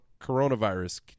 coronavirus